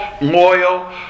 loyal